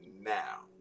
now